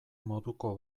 moduko